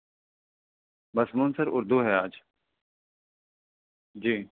بس مون سر اردو ہے آج